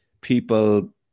people